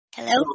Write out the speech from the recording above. Hello